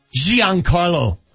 Giancarlo